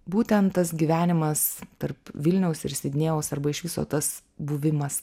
būtent tas gyvenimas tarp vilniaus ir sidnėjaus arba iš viso tas buvimas